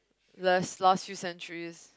there's last few centuries